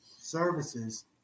services